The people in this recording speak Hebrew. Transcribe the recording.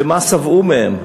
ומה שבעו מהם,